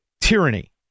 tyranny